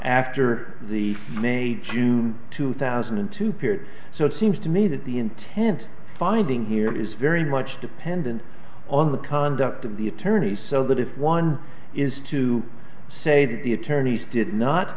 after the may june two thousand and two period so it seems to me that the intent finding here is very much dependent on the conduct of the attorneys so that if one is to say that the attorneys did not